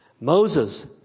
Moses